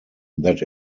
that